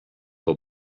will